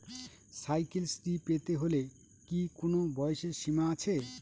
Cycle Shri পেতে হলে কি কোনো বয়সের সীমা আছে?